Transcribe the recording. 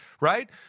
right